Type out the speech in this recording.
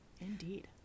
Indeed